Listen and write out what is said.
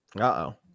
Uh-oh